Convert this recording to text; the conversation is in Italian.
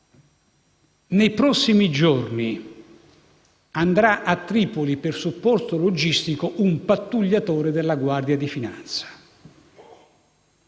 Nei prossimi giorni, andrà a Tripoli per supporto logistico un pattugliatore della Guardia di finanza.